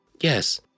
Yes